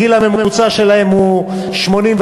הגיל הממוצע שלהם הוא 84,